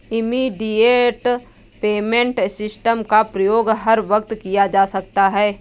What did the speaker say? immediate payment system का प्रयोग हर वक्त किया जा सकता है